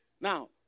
Now